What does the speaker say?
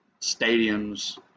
stadiums